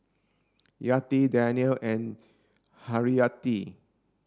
Yati Daniel and Haryati